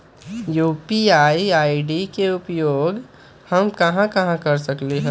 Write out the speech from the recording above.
UPI ID के उपयोग हम कहां कहां कर सकली ह?